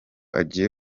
agiye